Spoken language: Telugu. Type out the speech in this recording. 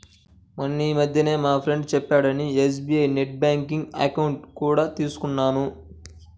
మొన్నీమధ్యనే మా ఫ్రెండు చెప్పాడని ఎస్.బీ.ఐ నెట్ బ్యాంకింగ్ అకౌంట్ కూడా తీసుకున్నాను